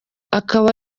akaba